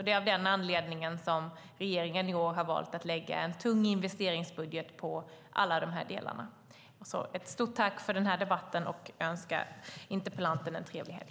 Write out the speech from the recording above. Det är av den anledningen som regeringen i år har valt att lägga fram en tung investeringsbudget när det gäller alla de här delarna. Ett stort tack för den här debatten! Jag önskar interpellanten en trevlig helg.